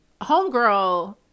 homegirl